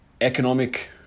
economic